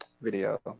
video